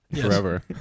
forever